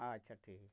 ᱟᱪᱷᱟ ᱴᱷᱤᱠ